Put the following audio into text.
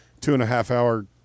two-and-a-half-hour